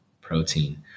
protein